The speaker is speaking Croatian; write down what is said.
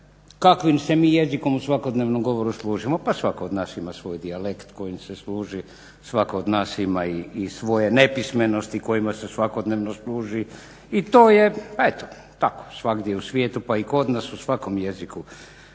kakvim se mi jezikom u svakodnevnom govoru služimo pa svatko od nas ima svoji dijalekt kojim se služi, svatko od nas ima i svoje nepismenosti kojima se svakodnevno služi. I to je eto tako svugdje i u svijetu pa i kod nas, u svakom jeziku.